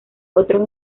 otros